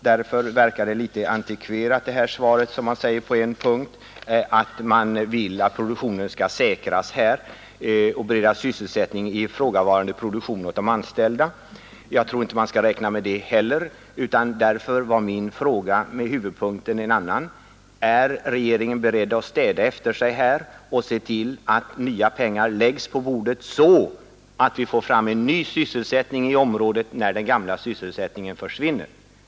Därför verkar svaret något antikverat på den punkt, där det sägs att man vill att produktionen skall säkras och att avsikten är att bereda anställda sysselsättning vid ifrågavarande produktion. Jag tror inte man skall räkna med det heller. Därför var huvudsyftet med min fråga en annan: Är regeringen beredd att städa efter sig och se till att nya pengar läggs på bordet, så att vi får fram en ny sysselsättning i området, när den gamla försvinner?